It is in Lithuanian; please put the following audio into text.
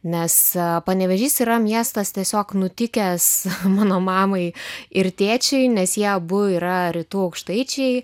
nes panevėžys yra miestas tiesiog nutikęs mano mamai ir tėčiui nes jie abu yra rytų aukštaičiai